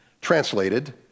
Translated